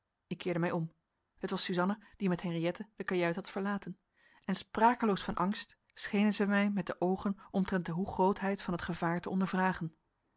ik keerde mij om het was suzanna die met henriëtte de kajuit had verlaten en sprakeloos van angst schenen zij mij met de oogen omtrent de hoegrootheid van het gevaar te